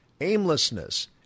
aimlessness